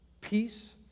peace